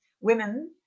women